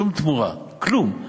שום תמורה, כלום.